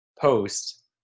post